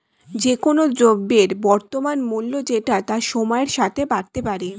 যে কোন দ্রব্যের বর্তমান মূল্য যেটা তা সময়ের সাথে বাড়তে পারে